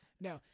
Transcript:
No